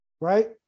Right